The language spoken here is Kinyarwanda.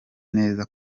neza